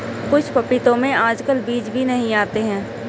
कुछ पपीतों में आजकल बीज भी नहीं आते हैं